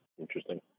Interesting